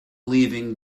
leaving